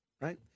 right